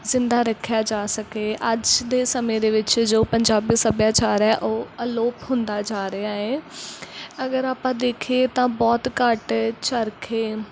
ਜਿੰਦਾ ਰੱਖਿਆ ਜਾ ਸਕੇ ਅੱਜ ਦੇ ਸਮੇਂ ਦੇ ਵਿੱਚ ਜੋ ਪੰਜਾਬੀ ਸੱਭਿਆਚਾਰ ਹੈ ਉਹ ਅਲੋਪ ਹੁੰਦਾ ਜਾ ਰਿਹਾ ਹੈ ਅਗਰ ਆਪਾਂ ਦੇਖੀਏ ਤਾਂ ਬਹੁਤ ਘੱਟ ਚਰਖੇ